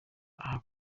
aha